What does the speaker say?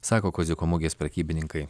sako kaziuko mugės prekybininkai